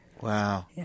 Wow